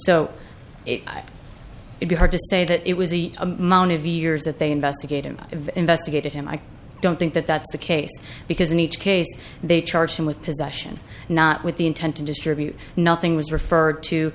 so it would be hard to say that it was the amount of years that they investigated investigated him i don't think that that's the case because in each case they charged him with possession not with the intent to distribute nothing was referred to